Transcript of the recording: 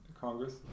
Congress